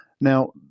Now